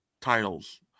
titles